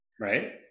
right